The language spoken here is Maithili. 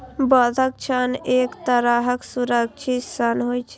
बंधक ऋण एक तरहक सुरक्षित ऋण होइ छै